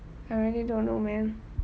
I really don't know man